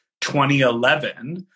2011